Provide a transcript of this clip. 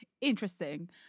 Interesting